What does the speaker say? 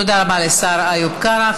תודה רבה לשר איוב קרא.